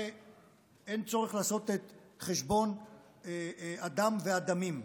אין צורך לעשות את חשבון הדם והדמים.